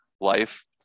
life